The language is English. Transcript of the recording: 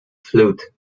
flute